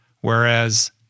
Whereas